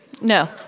No